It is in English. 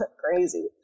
crazy